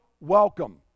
welcome